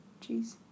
jeez